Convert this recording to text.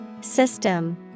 System